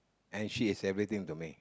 and she is everything to me